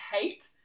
hate